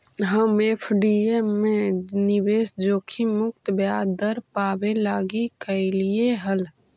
हम एफ.डी में निवेश जोखिम मुक्त ब्याज दर पाबे लागी कयलीअई हल